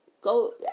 go